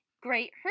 great